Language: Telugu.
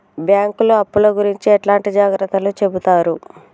బ్యాంకులు అప్పుల గురించి ఎట్లాంటి జాగ్రత్తలు చెబుతరు?